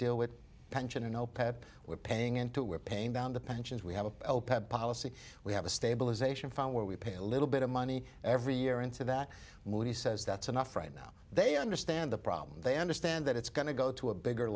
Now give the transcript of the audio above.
deal with pension and opap we're paying into we're paying down the pensions we have a policy we have a stabilization fund where we pay a little bit of money every year into that he says that's enough right now they understand the problem they understand that it's going to go to a bigger